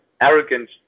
arrogant